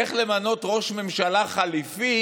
איך לבנות ראש ממשלה חליפי?